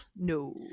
no